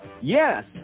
Yes